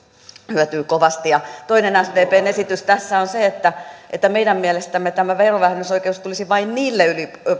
hyötyy kovasti ja toinen sdpn esitys tässä on se että että meidän mielestämme tämä verovähennysoikeus tulisi vain niille